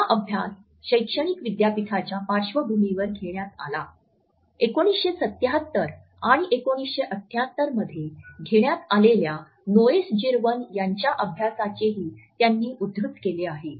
हा अभ्यास शैक्षणिक विद्यापीठाच्या पार्श्वभूमीवर घेण्यात आला १९७७ आणि १९७८ मध्ये घेण्यात आलेल्या नोएसजीरवान यांच्या अभ्यासाचेही त्यांनी उद्धृत केले आहे